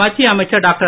மத்திய அமைச்சர் டாக்டர்